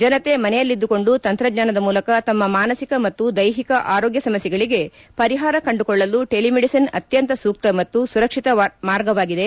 ಜನತೆ ಮನೆಯಲ್ಲಿದ್ದುಕೊಂಡು ತಂತ್ರಜ್ಞಾನದ ಮೂಲಕ ತಮ್ಮ ಮಾನಸಿಕ ಮತ್ತು ದೈಹಿಕ ಆರೋಗ್ಯ ಸಮಸ್ಕೆಗಳಿಗೆ ಪರಿಹಾರ ಕಂಡುಕೊಳ್ಳಲು ಟೆಲಿಮೆಡಿಸನ್ ಅತ್ಯಂತ ಸೂಕ್ತ ಮತ್ತು ಸುರಕ್ಷಿತ ಮಾರ್ಗವಾಗಿದೆ